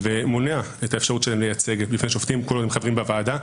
ומונע את האפשרות שלהם לייצג בפני שופטים כל עוד הם חברים בוועדה.